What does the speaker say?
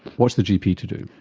what's the gp to do?